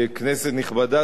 כנסת נכבדה,